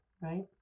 right